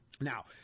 Now